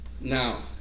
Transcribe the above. Now